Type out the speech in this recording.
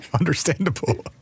Understandable